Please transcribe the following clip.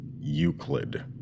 Euclid